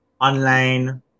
online